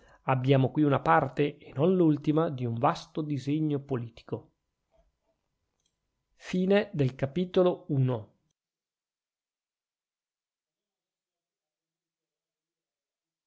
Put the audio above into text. abbiamo qui una parte e non l'ultima di un vasto disegno politico ii a